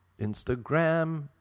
Instagram